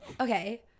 okay